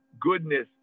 goodness